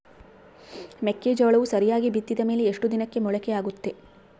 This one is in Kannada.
ಮೆಕ್ಕೆಜೋಳವು ಸರಿಯಾಗಿ ಬಿತ್ತಿದ ಮೇಲೆ ಎಷ್ಟು ದಿನಕ್ಕೆ ಮೊಳಕೆಯಾಗುತ್ತೆ?